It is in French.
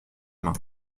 main